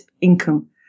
income